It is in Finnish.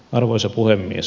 arvoisa puhemies